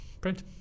print